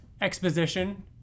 exposition